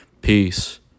Peace